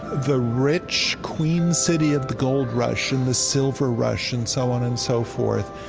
the rich queen city of the gold rush and the silver rush, and so on and so forth,